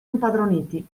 impadroniti